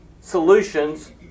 solutions